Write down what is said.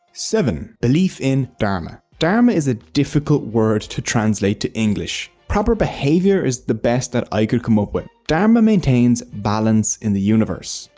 seven. belief in dharma dharma is a difficult word to translate to english. proper behavior is the best i could come up with. dharma maintains balance in the universe.